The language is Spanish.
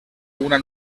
una